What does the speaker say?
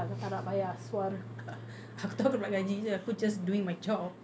aku tahu aku dapat gaji jer aku just doing my job